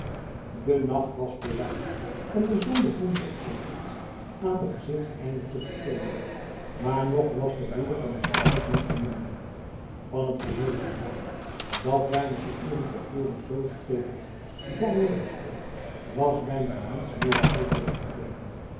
de nacht was voorbij en de zon begon zich alreeds aan den gezichteinder te vertoonen maar nog was de woede van den strijd niet verminderd van het geheele gebouw dat weinige uren te voren zoo stevig daar neder stond was bijna niets meer overig gebleven